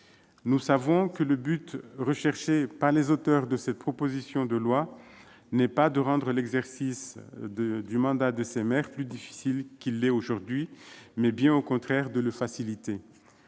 Nous savons que le but recherché par les auteurs de cette proposition de loi n'est pas de rendre l'exercice du mandat de maire plus difficile qu'il ne l'est aujourd'hui et qu'il s'agit bien au contraire de le faciliter.